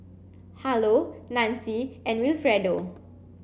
Harlow Nancie and Wilfredo